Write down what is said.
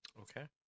Okay